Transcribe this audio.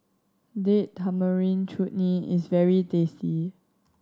Date Tamarind Chutney is very tasty